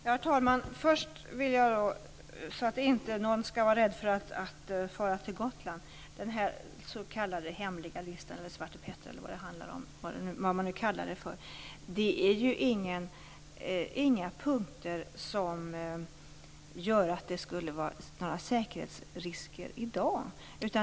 Herr talman! För att inte någon skall vara rädd att fara till Gotland vill jag först säga att den s.k. hemliga listan - den svarta listan, eller vad man nu kallar den för - inte är några punkter som gör att det i dag skulle vara några säkerhetsrisker.